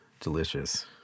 delicious